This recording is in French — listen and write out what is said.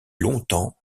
longtemps